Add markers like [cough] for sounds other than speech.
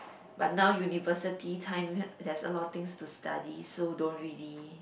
but now university time [noise] there's a lot of things to study so don't really